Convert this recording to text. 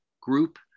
group